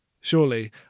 Surely